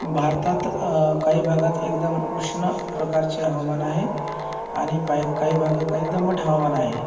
भारतात काही भागात एकदम उष्ण प्रकारचे हवामान आहे आणि पाय काही भागात काही दमट हवामान आहे